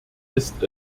ist